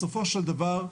בסופו של דבר,